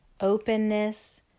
openness